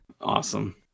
awesome